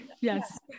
Yes